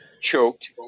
choked